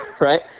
right